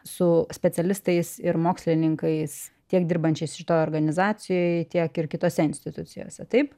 su specialistais ir mokslininkais tiek dirbančiais šitoj organizacijoj tiek ir kitose institucijose taip